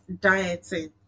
dieting